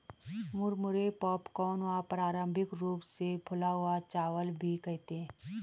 मुरमुरे पॉपकॉर्न व पारम्परिक रूप से फूला हुआ चावल भी कहते है